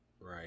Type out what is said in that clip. right